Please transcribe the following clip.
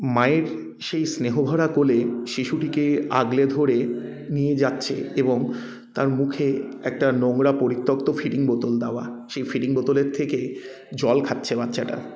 মায়ের সেই স্নেহভরা কোলে শিশুটিকে আগলে ধরে নিয়ে যাচ্ছে এবং তার মুখে একটা নোংরা পরিত্যক্ত ফিডিং বোতল দেওয়া সেই ফিডিং বোতলের থেকে জল খাচ্ছে বাচ্চাটা